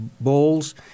bowls